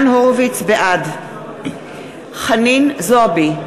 בעד חנין זועבי,